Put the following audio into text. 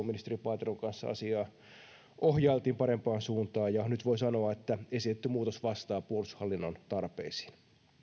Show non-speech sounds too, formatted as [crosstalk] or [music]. [unintelligible] ministeri paateron kanssa asiaa ohjailtiin parempaan suuntaan ja nyt voi sanoa että esitetty muutos vastaa puolustushallinnon tarpeisiin